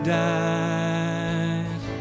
died